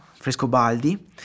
Frescobaldi